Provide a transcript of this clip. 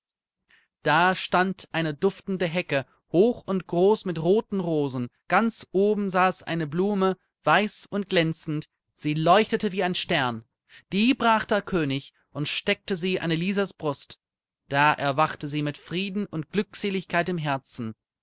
da stand eine duftende hecke hoch und groß mit roten rosen ganz oben saß eine blume weiß und glänzend sie leuchtete wie ein stern die brach der könig und steckte sie an elisas brust da erwachte sie mit frieden und glückseligkeit im herzen